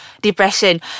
depression